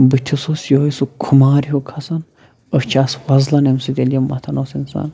بٕتھِس اوس یِہوٚے سُہ کھُمار ہیوٗ کھَسان أچھ آسہٕ وۄزلان اَمہِ سۭتۍ ییٚلہِ یہِ مَتھان اوس اِنسان